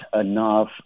enough